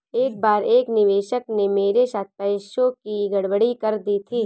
एक बार एक निवेशक ने मेरे साथ पैसों की गड़बड़ी कर दी थी